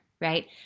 right